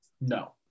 No